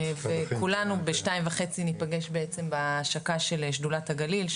כולנו ב-14:30 ניפגש בעצם בהשקה של שדולת הגליל,